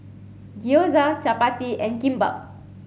Gyoza Chapati and Kimbap